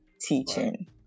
teaching